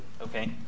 Okay